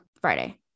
Friday